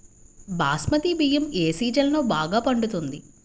బాస్మతి బియ్యం ఏ సీజన్లో బాగా పండుతుంది?